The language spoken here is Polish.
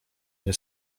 nie